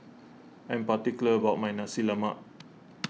I am particular about my Nasi Lemak